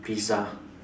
pizza